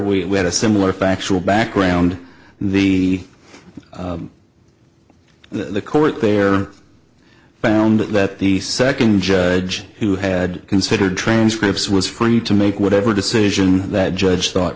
we had a similar factual background the the court there found that the second judge who had considered transcripts was free to make whatever decision that judge thought